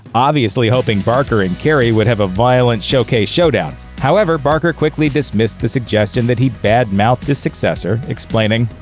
obviously hoping barker and carey would have a violent showcase showdown. however, barker quickly dismissed the suggestion that he bad-mouthed his successor, explaining,